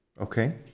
Okay